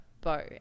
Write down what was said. Bo